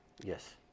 Yes